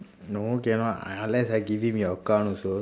no cannot un~ unless I give him your account also